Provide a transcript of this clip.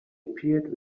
appeared